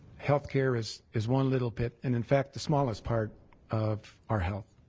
health care is is one little bit, and in fact, the smallest part of our health.